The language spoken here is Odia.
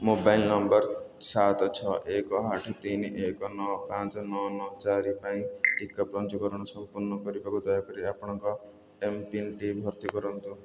ମୋବାଇଲ ନମ୍ବର ସାତ ଛଅ ଏକ ଆଠ ତିନି ଏକ ନଅ ପାଞ୍ଚ ନଅ ନଅ ଚାରି ପାଇଁ ଟିକା ପଞ୍ଜୀକରଣ ସଂପୂର୍ଣ୍ଣ କରିବାକୁ ଦୟାକରି ଆପଣଙ୍କର ଏମ୍ପିନ୍ଟି ଭର୍ତ୍ତି କରନ୍ତୁ